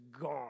gone